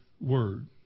word